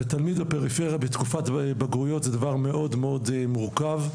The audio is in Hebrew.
תלמיד בפריפריה בתקופת בגרויות זה דבר מאוד מאוד מורכב.